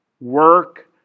Work